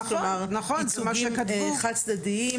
כלומר עיצומים חד-צדדיים.